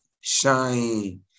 shine